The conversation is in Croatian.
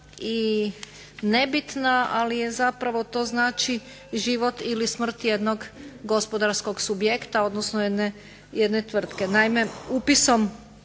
i nebitna. Ali je zapravo to znači život ili smrt jednog gospodarskog subjekta, odnosno jedne tvrtke. Naime, upisom